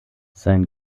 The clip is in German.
sein